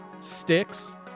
sticks